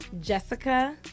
Jessica